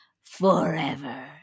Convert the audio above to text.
Forever